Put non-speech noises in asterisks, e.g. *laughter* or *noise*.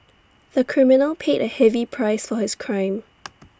the criminal paid A heavy price for his crime *noise*